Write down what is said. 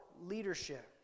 leadership